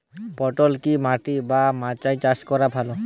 পটল কি মাটি বা মাচায় চাষ করা ভালো?